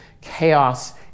Chaos